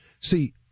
See